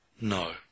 No